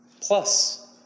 Plus